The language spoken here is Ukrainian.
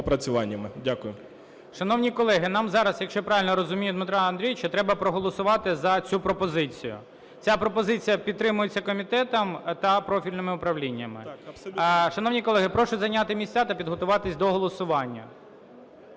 Шановні колеги, нам зараз, якщо я правильно розумію Дмитра Андрійовича, треба проголосувати за цю пропозицію. Ця пропозиція підтримується комітетом та профільними управліннями. Шановні колеги, прошу зайняти місця та підготуватись до голосування.